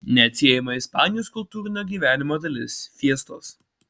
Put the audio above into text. neatsiejama ispanijos kultūrinio gyvenimo dalis fiestos